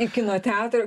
į kino teatrą